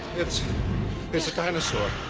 it's it's a dinosaur.